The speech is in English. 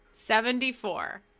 Seventy-four